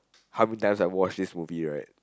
how many times I watch this movie right